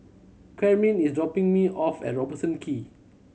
Carmine is dropping me off at Robertson Quay